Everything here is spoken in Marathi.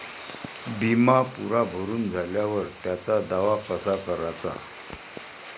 बिमा पुरा भरून झाल्यावर त्याचा दावा कसा कराचा?